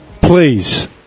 please